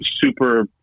Super